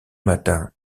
matins